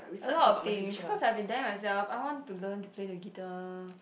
a lot of things cause I've been there myself I want to learn to play the guitar